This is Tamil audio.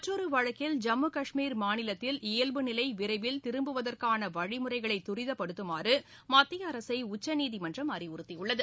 மற்றொரு வழக்கில் ஜம்மு கஷ்மீர் மாநிலத்தில் இயல்பு நிலை விரைவில் திரும்புவதற்கான வழிமுறைகளை துரிதப்படுத்துமாறு மத்திய அரசை உச்சநீதிமன்றம் அறிவுறுத்தியுள்ளது